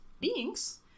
beings